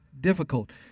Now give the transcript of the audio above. difficult